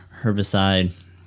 herbicide